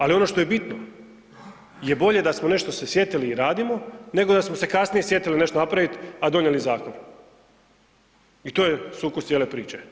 Ali ono što je bitno je bolje da smo se nešto sjetili i radimo nego da smo se kasnije sjetili nešto napraviti, a donijeli zakon i to je sukus cijele priče.